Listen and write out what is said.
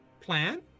plan